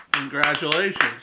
Congratulations